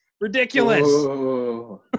ridiculous